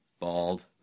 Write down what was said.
bald